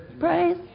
praise